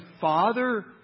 father